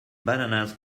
bananas